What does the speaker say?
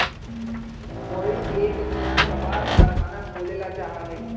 मोहित एक नया कपास कारख़ाना खोले ला चाहा हई